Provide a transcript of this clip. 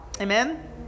Amen